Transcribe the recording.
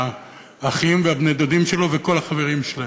והאחים ובני-הדודים שלו וכל החברים שלהם.